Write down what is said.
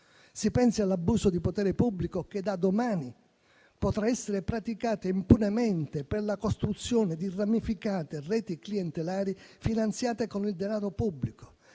Si pensi all'abuso di potere pubblico che da domani potrà essere praticato impunemente per la costruzione di ramificate reti clientelari finanziate con il denaro pubblico,